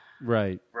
Right